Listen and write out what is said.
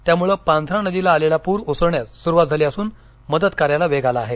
त्यामुळे ध्रळ्यात पांझरा नदीला आलेला पूर ओसरण्यास सुरुवात झाली असून मदत कार्याला वेग आला आहे